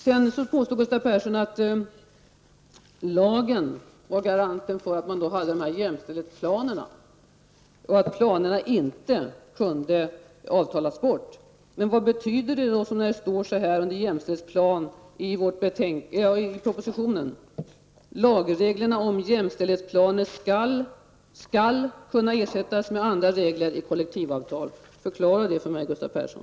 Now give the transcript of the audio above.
Gustav Persson påstår att lagen är garanten för jämställdhetsplanerna och för att planerna inte kan avtalas bort. Vad betyder då det som står om jämställdhetsplanerna i propositionen: Lagreglerna om jämställdhetsplaner skall kunna ersättas med andra regler i kollektivavtal? Förklara det för mig, Gustav Persson!